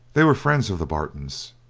they were friends of the bartons,